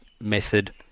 method